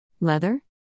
Leather